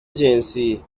جنسی